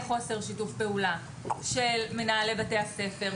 חוסר שיתוף פעולה מצד מנהלי בתי הספר,